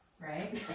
right